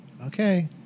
Okay